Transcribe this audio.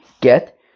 get